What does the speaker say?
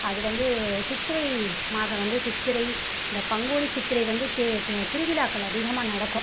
அது வந்து சித்திரை மாதம் வந்து சித்திரை அந்த பங்குனி சித்திரை வந்து தே திருவிழாக்கள் அதிகமாக நடக்கும்